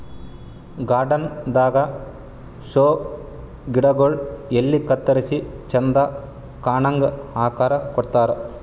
garden ದಾಗಾ show ಗಿಡಗೊಳ್ ಎಲಿ ಕತ್ತರಿಸಿ ಚಂದ್ ಕಾಣಂಗ್ ಆಕಾರ್ ಕೊಡ್ತಾರ್